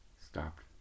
stopped